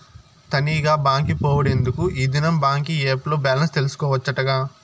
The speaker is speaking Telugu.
తనీగా బాంకి పోవుడెందుకూ, ఈ దినం బాంకీ ఏప్ ల్లో బాలెన్స్ తెల్సుకోవచ్చటగా